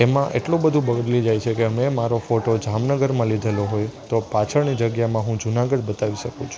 એમાં એટલું બધું બદલી જાય છે કે મેં મારો ફોટો જામનગરમાં લીધેલો હોય તો પાછળની જગ્યામાં હું જુનાગઢ બતાવી શકું છું